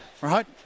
right